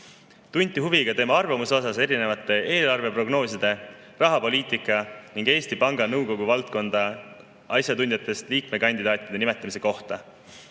Tunti huvi ka tema arvamuse kohta eelarveprognooside, rahapoliitika ning Eesti Panga Nõukogu valdkonna asjatundjatest liikmekandidaatide nimetamise kohta.